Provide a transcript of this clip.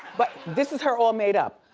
but this is her all made up,